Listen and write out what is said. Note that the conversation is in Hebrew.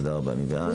מי בעד?